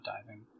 diving